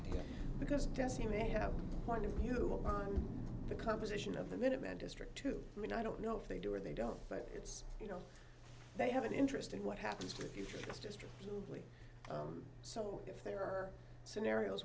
idea because jesse may have point of view the composition of the minutemen district too i mean i don't know if they do or they don't but it's you know they have an interest in what happens with future history so if there are scenarios